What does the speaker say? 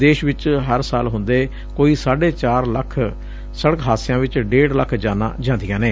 ਦੇਸ਼ ਵਿਚ ਹਰ ਸਾਲ ਹੁੰਦੇ ਕੋਈ ਸਾਫੇ ਚਾਰ ਲੱਖ ਸੜਕ ਹਾਦਸਿਆਂ ਵਿਚ ਡੇਢ ਲੱਖ ਜਾਨਾਂ ਜਾਂਦੀਆਂ ਨੇ